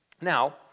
Now